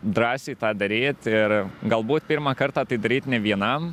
drąsiai tą daryt ir galbūt pirmą kartą tai daryt ne vienam